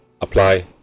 apply